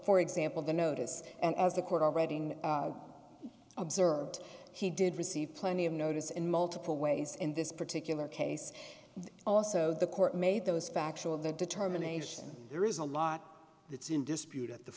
for example the notice and as the court already observed he did receive plenty of notice in multiple ways in this particular case also the court made those factual the determination there is a lot that's in dispute at the